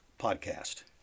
podcast